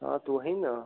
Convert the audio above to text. हाँ तो वही न